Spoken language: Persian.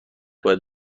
باید